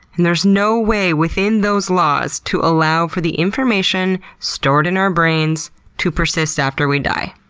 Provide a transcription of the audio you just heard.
and there's no way within those laws to allow for the information stored in our brains to persist after we die.